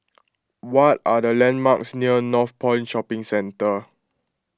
what are the landmarks near Northpoint Shopping Centre